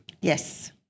Yes